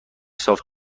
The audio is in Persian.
صاف